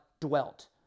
dwelt